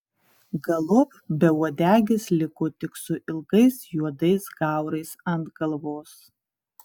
galop beuodegis liko tik su ilgais juodais gaurais ant galvos